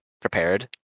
prepared